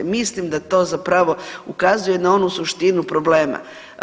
Mislim da to zapravo ukazuje na onu suštinu problema.